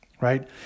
right